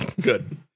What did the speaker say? Good